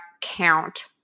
count